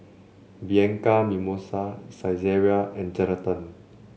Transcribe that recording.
Bianco Mimosa Saizeriya and Geraldton